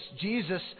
Jesus